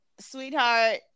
sweetheart